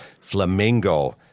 Flamingo